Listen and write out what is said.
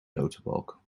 notenbalk